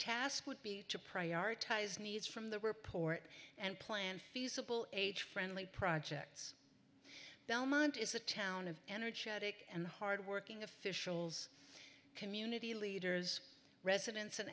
task would be to prioritize needs from the report and plan feasible age friendly projects belmont is a town of energetic and hardworking officials community leaders residents and